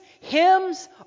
hymns